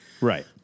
Right